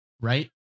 right